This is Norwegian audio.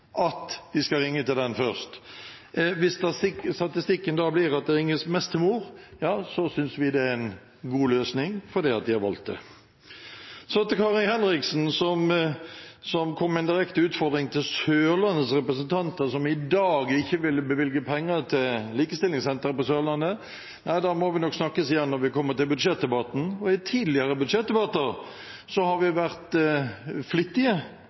at de skal ringe til mor først. Hvis statistikken da blir at det ringes mest til mor, synes vi det er en god løsning, fordi en har valgt det. Så til Kari Henriksen, som kom med en direkte utfordring til Sørlandets representanter, som i dag ikke ville bevilge penger til Likestillingssenteret på Sørlandet. Nei, da må vi nok snakkes igjen når vi kommer til budsjettdebatten. I tidligere budsjettdebatter har vi vært flittige